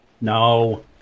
No